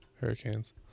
Hurricanes